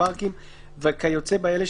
פארקים וכיוצא באלה,